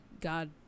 god